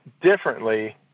differently